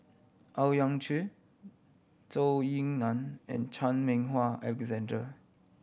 Owyang Chi Zhou Ying Nan and Chan Meng Wah Alexander